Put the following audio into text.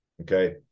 Okay